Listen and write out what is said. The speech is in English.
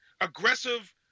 aggressive